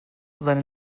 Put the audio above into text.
seine